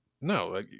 no